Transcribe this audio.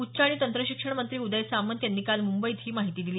उच्च आणि तंत्र शिक्षण मंत्री उदय सामंत यांनी काल मुंबईत ही माहिती दिली